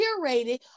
curated